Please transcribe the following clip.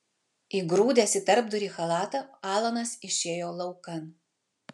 įgrūdęs į tarpdurį chalatą alanas išėjo laukan